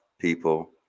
people